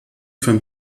van